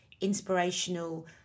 inspirational